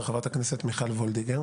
חברת הכנסת וולדיגר.